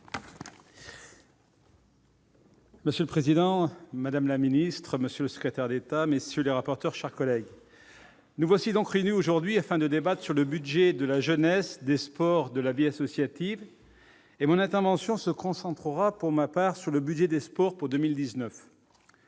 Monsieur le président, madame la ministre, monsieur le secrétaire d'État, messieurs les rapporteurs, mes chers collègues, nous voici réunis aujourd'hui afin de débattre du budget de la jeunesse, des sports et de la vie associative. Mon intervention se concentrera sur le budget des sports pour 2019.